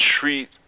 treat